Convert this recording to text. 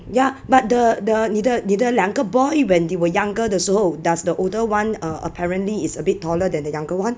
ya but the the 你的你的两个 boy when they were younger 的时候 does the older one err apparently is a bit taller than the younger one